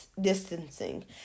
distancing